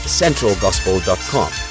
centralgospel.com